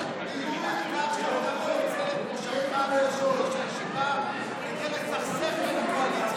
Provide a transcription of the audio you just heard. אתה מנצל את מושבך כיושב-ראש הישיבה כדי